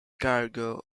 cargo